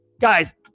Guys